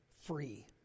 free